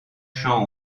champs